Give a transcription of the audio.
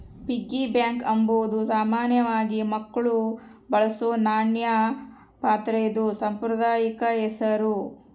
piggy bank ಅಂಬಾದು ಸಾಮಾನ್ಯವಾಗಿ ಮಕ್ಳು ಬಳಸೋ ನಾಣ್ಯ ಪಾತ್ರೆದು ಸಾಂಪ್ರದಾಯಿಕ ಹೆಸುರು